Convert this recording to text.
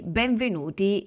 benvenuti